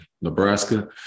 Nebraska